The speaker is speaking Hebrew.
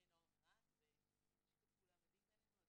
עם בני נוער מרהט וזה שיתוף פעולה מדהים בעינינו,